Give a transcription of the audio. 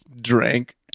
drank